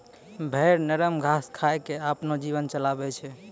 भेड़ नरम घास खाय क आपनो जीवन चलाबै छै